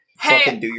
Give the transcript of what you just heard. hey